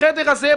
בחדר הזה,